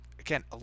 again